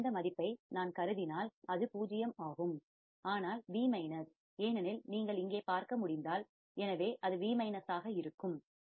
இந்த மதிப்பை நான் கருதினால் அது பூஜ்ஜியம் ஆகும் ஆனால் V ஏனெனில் நீங்கள் இங்கே பார்க்க முடிந்தால் எனவே அது V ஆக இருக்கும்